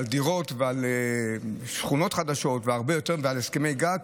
על דירות ועל שכונות חדשות והרבה יותר על הסכמי גג,